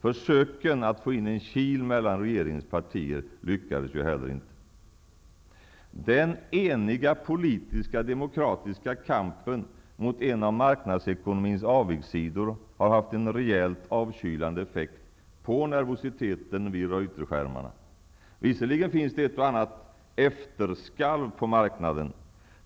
Försöken att få in en kil mellan regeringens partier lyckades heller inte. Den eniga politiska demokratiska kampen mot en av marknadsekonomins avigsidor har haft en rejält avkylande effekt på nervositeten vid Reuterskärmarna. Visserligen finns det ett och annat efterskalv på marknaden.